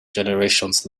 generations